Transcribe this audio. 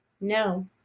no